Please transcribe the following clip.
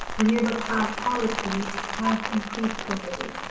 renewable power policies have increased steadily.